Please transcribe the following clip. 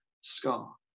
scar